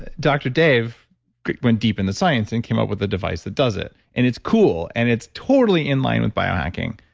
dr. dave went deep into science and came up with a device that does it. and it's cool and it's totally in line with biohacking.